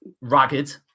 ragged